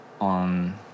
on